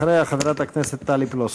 אחריה, חברת הכנסת טלי פלוסקוב.